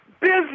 business